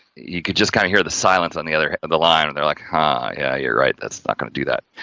you could, just kind of hear, the silence on the other, the line, they're like, hi, yeah, you're right. that's not going to do that.